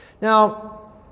Now